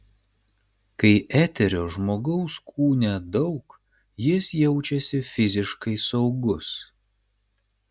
kai eterio žmogaus kūne daug jis jaučiasi fiziškai saugus